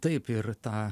taip ir tą